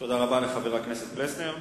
תודה רבה לחבר הכנסת פלסנר.